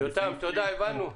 הבנו.